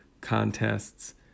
contests